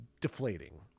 deflating